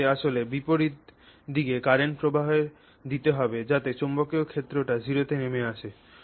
তোমাকে আসলে বিপরীত দিকে কারেন্ট প্রবাহ দিতে হবে যাতে চৌম্বকীয় ক্ষেত্রটি 0 তে নেমে আসে